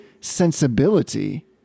sensibility